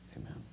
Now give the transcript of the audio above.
Amen